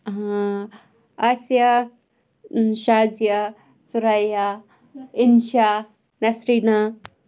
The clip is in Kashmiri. آسیہ شازیہ سُریا اِنشاء نسریٖنہ